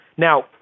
Now